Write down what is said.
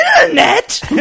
Internet